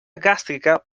gàstrica